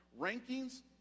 rankings